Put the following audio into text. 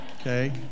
Okay